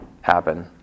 happen